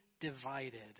divided